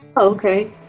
Okay